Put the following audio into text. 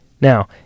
Now